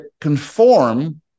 conform